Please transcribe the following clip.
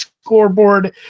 scoreboard